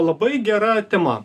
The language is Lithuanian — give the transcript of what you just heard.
labai gera tema